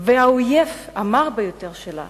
והאויב המר ביותר שלה